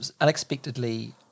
unexpectedly